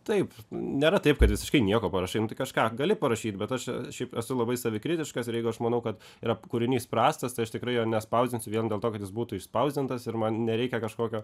taip nėra taip kad visiškai nieko parašai nu tai kažką gali parašyt bet aš šiaip esu labai savikritiškas ir jeigu aš manau kad yra kūrinys prastas tai aš tikrai jo nespausdinsiu vien dėl to kad jis būtų išspausdintas ir man nereikia kažkokio